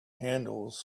handles